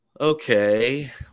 okay